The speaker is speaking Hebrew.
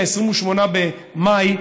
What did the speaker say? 28 במאי,